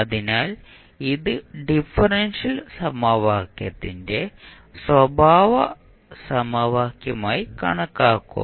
അതിനാൽ ഇത് ഡിഫറൻഷ്യൽ സമവാക്യത്തിന്റെ സ്വഭാവ സമവാക്യമായി കണക്കാക്കും